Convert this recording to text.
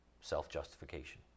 Self-justification